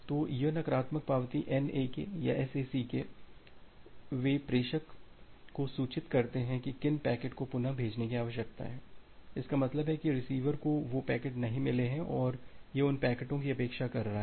तो यह नकारात्मक पावती NAK या SACK वे प्रेषक को सूचित करते हैं कि किन पैकेटों को पुनः भेजने की आवश्यकता है इसका मतलब है कि रिसीवर को वे पैकेट नहीं मिले हैं और यह उन पैकेटों की अपेक्षा कर रहा है